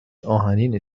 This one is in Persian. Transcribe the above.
آهنین